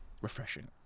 refreshing